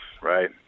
right